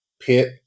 pit